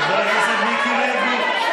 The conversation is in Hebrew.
חבר הכנסת מיקי לוי.